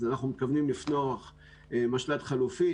אנחנו מתכוונים לפתוח משל"ט חלופי,